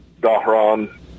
Dahran